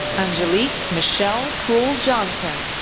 angelique michele cool johnson,